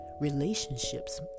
Relationships